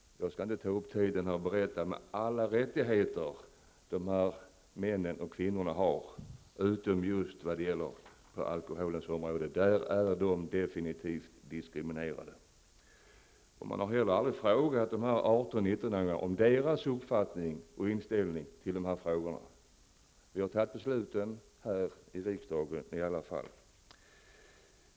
Jag skall inte ta upp tiden med att räkna upp alla rättigheter dessa män och kvinnor har på andra områden men inte på just alkoholområdet, där de definitivt är diskriminerade. Man har heller aldrig frågat dessa 18--19-åringar om deras uppfattning om och inställning till dessa frågor, men vi har ändå fattat besluten här i riksdagen.